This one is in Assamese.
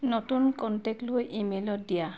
নতুন কনটেক্ট লৈ ইমেইলত দিয়া